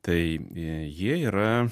tai jie yra